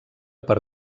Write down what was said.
per